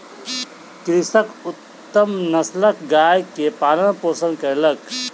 कृषक उत्तम नस्लक गाय के पालन पोषण कयलक